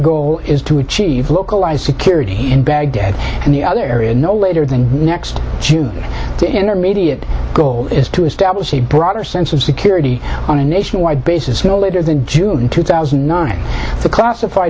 goal is to achieve localized security in baghdad and the other area no later than next to intermediate goal is to establish a broader sense of security on a nationwide basis no later than june two thousand and nine the classif